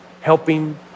helping